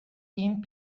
این